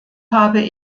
habe